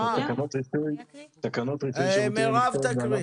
מירב תקריא